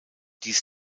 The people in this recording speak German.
dies